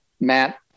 Matt